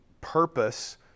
purpose